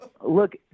Look